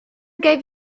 gave